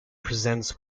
presents